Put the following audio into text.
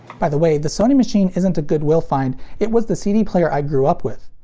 by the way, the sony machine isn't a goodwill find, it was the cd player i grew up with.